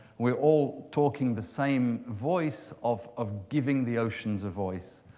we're all talking the same voice of of giving the oceans a voice.